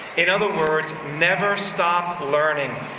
in other words, never stop learning.